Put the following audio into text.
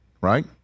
right